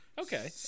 Okay